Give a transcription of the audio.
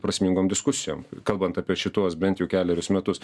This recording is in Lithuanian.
prasmingom diskusijom kalbant apie šituos bent jau kelerius metus